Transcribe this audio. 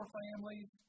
families